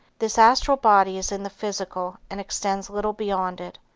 this astral body is in the physical and extends little beyond it.